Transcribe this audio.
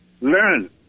Learn